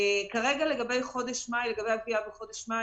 כרגע לגבי הגבייה בחודש מאי,